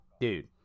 Dude